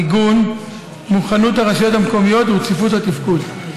המיגון, מוכנות הרשויות המקומיות ורציפות התפקוד.